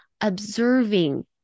observing